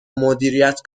مدیریت